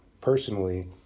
personally